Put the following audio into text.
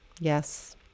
yes